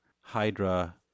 Hydra